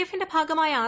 എഫിന്റെ ഭാഗമായ ആർ